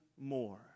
more